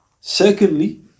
Secondly